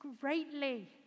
greatly